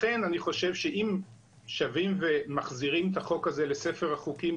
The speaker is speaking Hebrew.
לכן אני חושב שאם שבים ומחזירים את החוק הזה לספר החוקים,